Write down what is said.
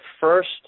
first